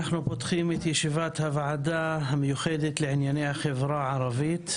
אנחנו פותחים את ישיבת הוועדה המיוחדת לענייני החברה הערבית.